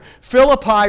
Philippi